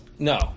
No